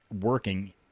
working